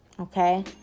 Okay